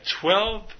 twelve